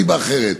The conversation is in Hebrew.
ליבה אחרת.